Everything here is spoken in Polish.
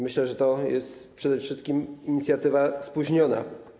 Myślę, że to jest przede wszystkim inicjatywa spóźniona.